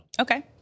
Okay